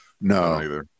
No